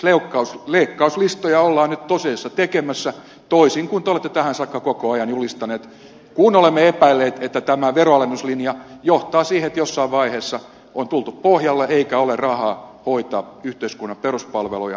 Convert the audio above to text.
siis leikkauslistoja ollaan nyt tosiasiassa tekemässä toisin kuin te olette tähän saakka koko ajan julistanut kun olemme epäilleet että tämä veronalennuslinja johtaa siihen että jossain vaiheessa on tultu pohjalle eikä ole rahaa hoitaa yhteiskunnan peruspalveluja ja sosiaaliturvaa